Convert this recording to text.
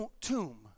tomb